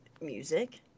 music